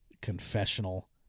confessional